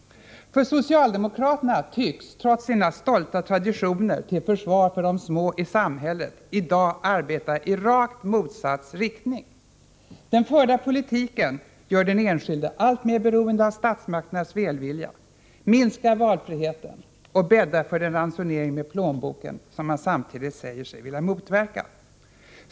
För socialdemokraterna tycks, trots sina stolta traditioner till försvar för de små i samhället, i dag arbeta i rakt motsatt riktning. Den förda politiken gör den enskilde alltmer beroende av statsmakternas välvilja, den minskar valfriheten och bäddar för den ransonering med plånboken som man samtidigt säger sig vilja motverka.